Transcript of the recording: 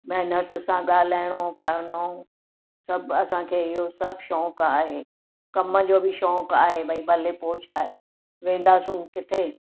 manners सां ॻाल्हाइणो करिणो सभु असांखे इहो सभु शौक़ु आहे कम जो बि शौक़ु आहे भई भले पोइ छा आहे वेंदासीं किथे